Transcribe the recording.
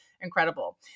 incredible